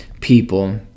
people